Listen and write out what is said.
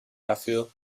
dafür